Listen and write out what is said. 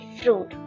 fruit